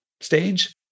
stage